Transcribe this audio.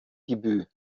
debüt